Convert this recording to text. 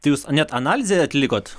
tai jūs net analizę atlikot